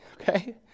okay